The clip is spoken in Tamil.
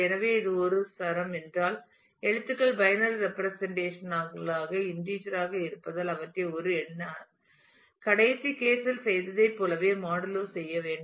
எனவே இது ஒரு சரம் என்றால் எழுத்துக்கள் பைனரி ரெப்பிரசன்டேஷன் களாக இண்டீஜர் ஆக இருப்பதால் அவற்றை ஒரு எண்ணை கடைசி கேஸ் இல் செய்ததைப் போலவே மாடூலோ செய்ய வேண்டும்